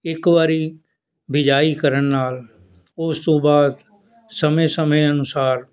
ਇੱਕ ਵਾਰੀ ਬਿਜਾਈ ਕਰਨ ਨਾਲ ਉਸ ਤੋਂ ਬਾਅਦ ਸਮੇਂ ਸਮੇਂ ਅਨੁਸਾਰ